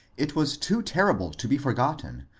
it was too terrible to be forgotten,